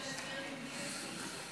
אדוני היושב-ראש,